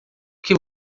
que